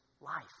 life